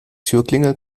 türklingel